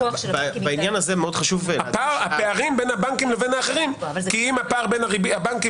הפערים בין הבנקים לבין האחרים כי אם הפער בין הבנקים